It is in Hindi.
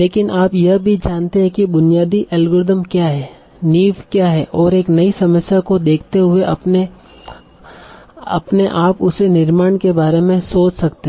लेकिन आप यह भी जानते हैं कि बुनियादी एल्गोरिदम क्या हैं नींव क्या हैं और एक नई समस्या को देखते हुए अपने आप उसके निर्माण के बारे में सोच सकते हैं